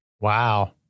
Wow